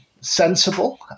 sensible